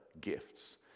gifts